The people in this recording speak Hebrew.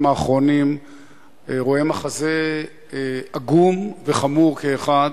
האחרונים רואה מחזה עגום וחמור כאחד,